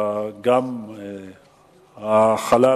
שהחלל,